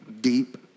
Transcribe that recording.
deep